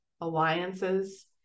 alliances